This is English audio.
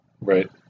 Right